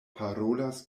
parolas